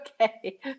Okay